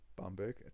Bamberg